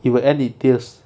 it will end in tears